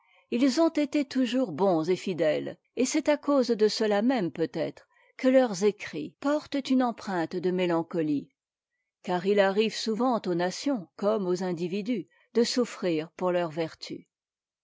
ils ont été toujours bons et fidèles et c'est à cause de cela même peut-être que leurs écrits portent une empreinte de mélancolie car il arrive souvent aux nations comme aux individus de souffrir pour leurs vertus